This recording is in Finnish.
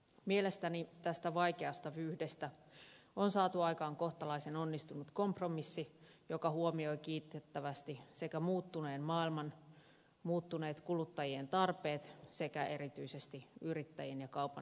mielestäni tästä vaikeasta vyyhdestä on saatu aikaan kohtalaisen onnistunut kompromissi joka huomioi kiitettävästi sekä muuttuneen maailman muuttuneet kuluttajien tarpeet että erityisesti yrittäjien ja kaupan alan tarpeet